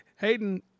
Hayden